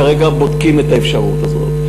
כרגע בודקים את האפשרות הזאת.